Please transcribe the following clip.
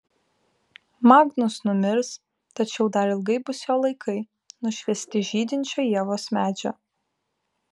magnus numirs tačiau dar ilgai bus jo laikai nušviesti žydinčio ievos medžio